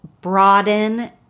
broaden